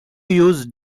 use